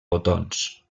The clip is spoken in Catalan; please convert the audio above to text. botons